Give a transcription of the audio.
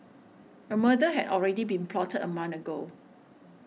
a murder had already been plotted a month ago